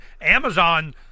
Amazon